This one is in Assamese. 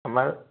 আমাৰ